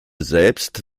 selbst